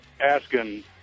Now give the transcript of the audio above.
asking